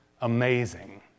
amazing